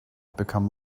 become